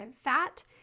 fat